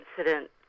incident